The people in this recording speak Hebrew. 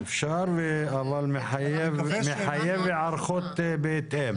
אפשר אבל מחייב היערכות בהתאם.